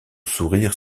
sourire